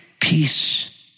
peace